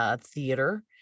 Theater